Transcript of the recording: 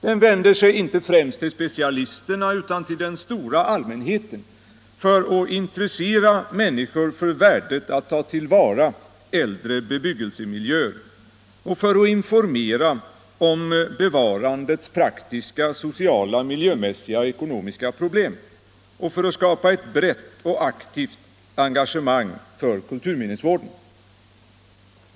Den vänder sig inte främst till specialisterna utan till den stora allmänheten för att intressera människor för värdet av att ta till vara äldre bebyggelsemiljöer, för att informera om bevarandets praktiska, sociala, miljömässiga och ekonomiska problem och för att skapa ett brett och aktivt engagemang för kulturminnesvården.